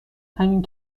همین